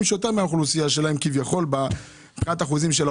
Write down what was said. שלה שזה יותר מאחוז האוכלוסייה שלהם במה הם עובדים.